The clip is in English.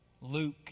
Luke